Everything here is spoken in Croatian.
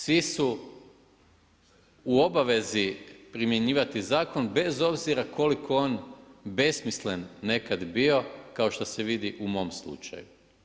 Svi su u obavezi primjenjivati zakon bez obzira koliko on besmislen nekada bio kao što se vidi u mom slučaju.